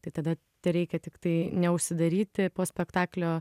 tai tada tereikia tiktai neužsidaryti po spektaklio